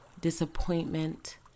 disappointment